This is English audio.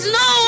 no